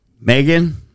Megan